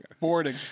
Boarding